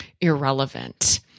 irrelevant